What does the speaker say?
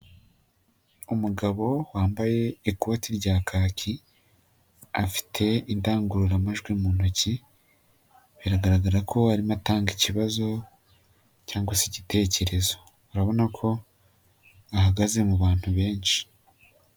Umugabo wambaye ikoti rya kaki afite indangururamajwi mu ntoki, biragaragara ko arimo atanga ikibazo cyangwa se igitekerezo, urabona ko ahagaze mu bantu benshi.